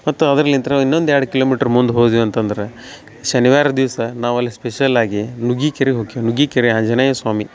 ಮತ್ತು ಅದರ್ಲಿಂತ ಇನ್ನೊಂದು ಎರಡು ಕಿಲೋಮಿಟ್ರ್ ಮುಂದೆ ಹೋದ್ವಿ ಅಂತಂದ್ರೆ ಶನಿವಾರ ದಿವಸ ನಾವು ಅಲ್ಲಿ ಸ್ಪೆಷಲ್ಲಾಗಿ ನುಗ್ಗಿಕೆರೆಗೆ ಹೋಕ್ಕೀವಿ ನುಗ್ಗಿಕೆರೆ ಆಂಜನೇಯ ಸ್ವಾಮಿ